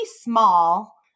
small